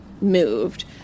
moved